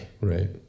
right